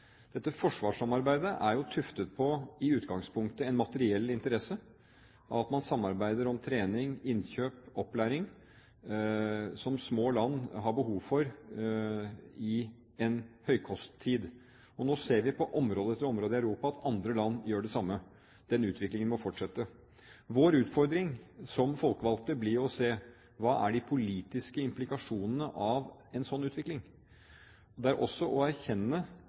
Dette forsvarssamarbeidet er i utgangspunktet tuftet på en materiell interesse, og at man samarbeider om trening, innkjøp og opplæring, som små land har behov for i en høykosttid. Nå ser vi på område etter område i Europa at andre land gjør det samme. Denne utviklingen må fortsette. Vår utfordring som folkevalgte blir jo å se på hva som er de politiske implikasjonene av en slik utvikling, og også erkjenne